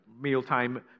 mealtime